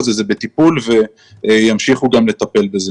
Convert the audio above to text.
זה בטיפול וימשיכו לטפל בזה.